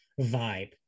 vibe